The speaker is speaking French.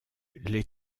les